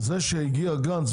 לפני שהגיע גנץ,